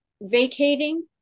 vacating